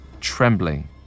trembling